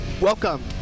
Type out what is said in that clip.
Welcome